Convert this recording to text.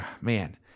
man